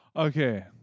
okay